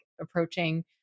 approaching